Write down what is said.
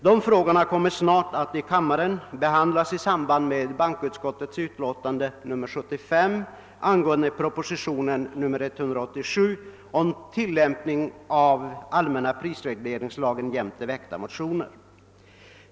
De frågornä kommer snart att behandlas i kämmaren, nämligen i samband med föredragningen av bankoutskottets utlåtande nr 75 med anledning av propositionen 187 'angående tillämpning av allmänna prisregleringslagen, jämte i ämnet väckta motioner. | "Herr talman!